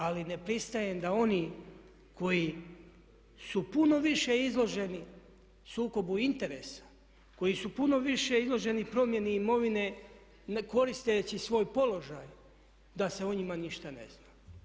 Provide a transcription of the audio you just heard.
Ali ne pristajem da oni koji su puno više izloženi sukobu interesa, koji su puno više izloženi promjeni imovine koristeći svoj položaj da se o njima ništa ne zna.